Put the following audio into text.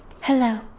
Hello